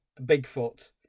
Bigfoot